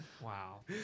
Wow